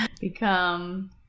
become